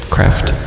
Craft